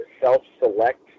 self-select